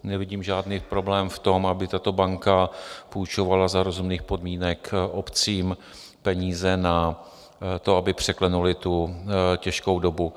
Nevidím žádný problém v tom, aby tato banka půjčovala za rozumných podmínek obcím peníze na to, aby překlenuly tu těžkou dobu.